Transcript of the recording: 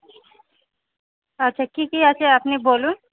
আচ্ছা কি কি আছে আপনি বলুন